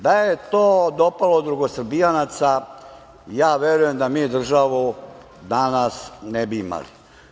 Da je to dopalo drugosrbijanaca, ja verujem da mi državu danas ne bi imali.